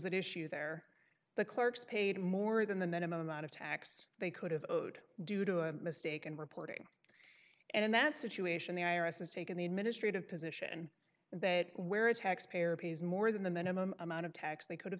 was at issue there the clerks paid more than the minimum amount of tax they could have owed due to a mistake in reporting and in that situation the i r s has taken the administrative position that where attacks pay or pays more than the minimum amount of tax they could have